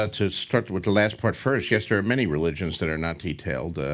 ah to start with the last part first, yes, there are many religions that are not detailed.